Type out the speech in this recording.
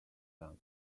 them